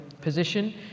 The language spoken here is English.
position